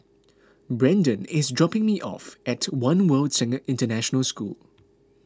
Brenden is dropping me off at one World International School